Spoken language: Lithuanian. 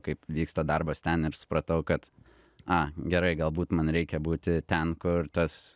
kaip vyksta darbas ten ir supratau kad a gerai galbūt man reikia būti ten kur tas